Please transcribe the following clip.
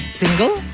single